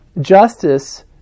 justice